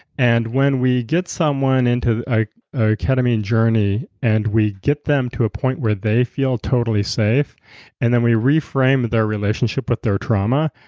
and when we get someone into a ketamine journey and we get them to a point where they feel totally safe and then we reframe their relationship with their trauma,